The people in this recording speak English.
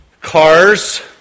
cars